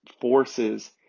forces